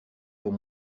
pour